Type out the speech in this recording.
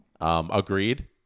Agreed